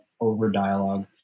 over-dialogue